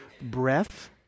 breath